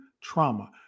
trauma